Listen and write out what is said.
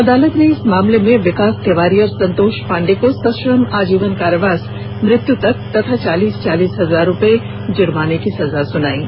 अदालत ने इस मामले में विकास तिवारी और संतोष पांडे को सश्रम आजीवन कारावास मृत्यु तक तथा चालीस चालीस हजार रुपये जुर्माने की सजा सुनाई गई है